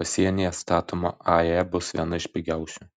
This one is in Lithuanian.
pasienyje statoma ae bus viena iš pigiausių